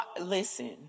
Listen